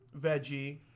veggie